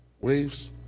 Waves